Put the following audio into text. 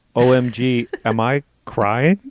oh, m g, am i cry.